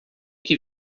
que